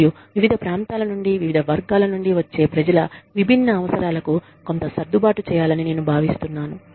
మరియు వివిధ ప్రాంతాల నుండి వివిధ వర్గాల నుండి వచ్చే ప్రజల విభిన్న అవసరాలకు కొంత సర్దుబాటు చేయాలని నేను భావిస్తున్నాను